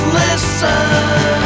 listen